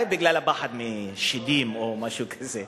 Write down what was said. אולי בגלל הפחד משדים או משהו כזה.